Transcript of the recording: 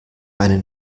eine